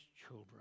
children